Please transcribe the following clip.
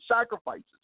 sacrifices